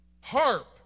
harp